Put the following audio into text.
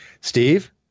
Steve